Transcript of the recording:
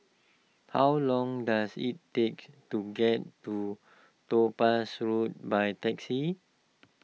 how long does it takes to get to Topaz Road by taxi